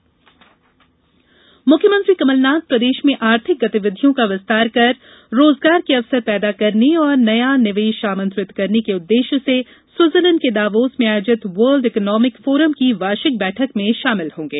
मुख्यमंत्री दावोस मुख्यमंत्री कमलनाथ प्रदेश में आर्थिक गतिविधियों का विस्तार कर रोजगार के अवसर पैदा करने और नया निवेश आमंत्रित करने के उद्देश्य से स्विटजरलैंड के दावोस में आयोजित वर्ल्ड इकॉनोमिक फोरम की वार्षिक बैठक में शामिल होंगे